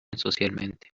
socialmente